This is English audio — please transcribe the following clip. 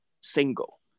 single